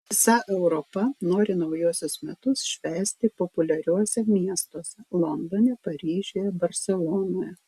visa europa nori naujuosius metus švęsti populiariuose miestuose londone paryžiuje barselonoje